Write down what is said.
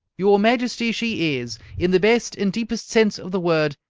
your majesty, she is, in the best and deepest sense of the word,